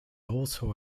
also